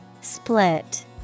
Split